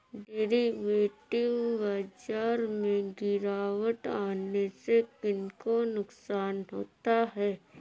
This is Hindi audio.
डेरिवेटिव बाजार में गिरावट आने से किन को नुकसान होता है?